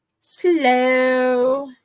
slow